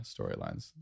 storylines